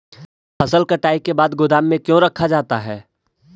फसल कटाई के बाद गोदाम में क्यों रखा जाता है?